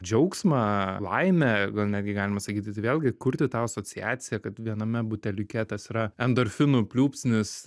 džiaugsmą laimę gal netgi galima sakyti tai vėlgi kurti tą asociaciją kad viename buteliuke tas yra endorfinų pliūpsnis